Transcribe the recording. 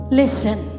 listen